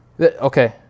Okay